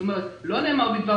זאת אומרת, לא נאמר בדבר